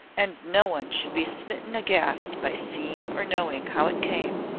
and no one should be smitten aghast by seeing or knowing how it came.